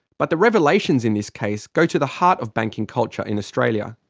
but the revelations in this case go to the heart of banking culture in australia.